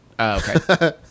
okay